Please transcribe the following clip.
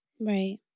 Right